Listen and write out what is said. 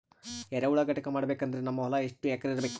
ಎರೆಹುಳ ಘಟಕ ಮಾಡಬೇಕಂದ್ರೆ ನಮ್ಮ ಹೊಲ ಎಷ್ಟು ಎಕರ್ ಇರಬೇಕು?